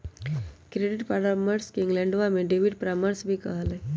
credit परामर्श के इंग्लैंडवा में डेबिट परामर्श भी कहा हई